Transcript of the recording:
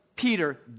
Peter